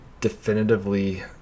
definitively